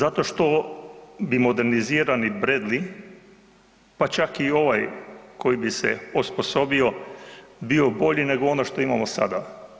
Zato što bi modernizirani Bradley pa čak i ovaj koji bi se osposobio, bio bolji nego ono što imamo sada.